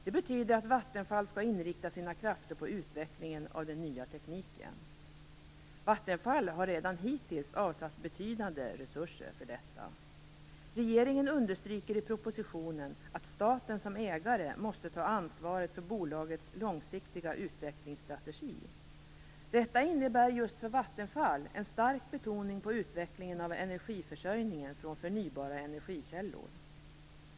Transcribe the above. Det betyder att Vattenfall skall inrikta sina krafter på utvecklingen av den nya tekniken. Vattenfall har hittills redan avsatt betydande resurser för detta. Regeringen understryker i propositionen att staten som ägare måste ta ansvaret för bolagets långsiktiga utvecklingsstrategi. Detta innebär just för Vattenfall en stark betoning på utvecklingen av energiförsörjningen från förnybara energikällor.